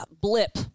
blip